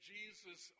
Jesus